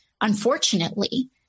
unfortunately